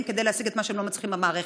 כדי להשיג את מה שהם לא מצליחים במערכת.